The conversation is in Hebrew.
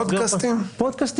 זה